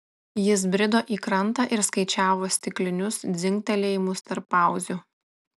jis brido į krantą ir skaičiavo stiklinius dzingtelėjimus tarp pauzių